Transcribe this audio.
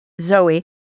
Zoe